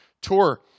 tour